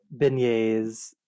beignets